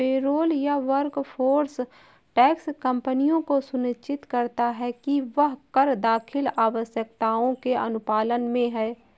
payroll या workforce tax कंपनियों को सुनिश्चित करता है कि वह कर दाखिल आवश्यकताओं के अनुपालन में है